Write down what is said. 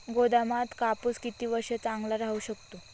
गोदामात कापूस किती वर्ष चांगला राहू शकतो?